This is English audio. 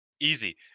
easy